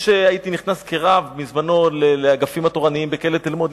בזמנו הייתי נכנס כרב לאגפים התורניים בכלא תל-מונד,